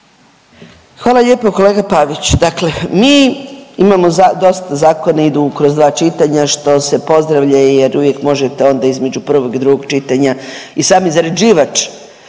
Hvala lijepo kolega Pavić, dakle mi imamo dosta zakoni idu kroz dva čitanja što se pozdravlja jer uvijek možete onda između prvog i drugog čitanja i sam izrađivač,